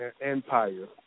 empire